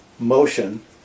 Motion